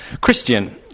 Christian